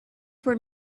for